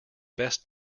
best